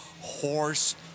horse